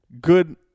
Good